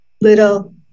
Little